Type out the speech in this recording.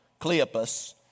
Cleopas